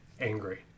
angry